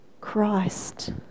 Christ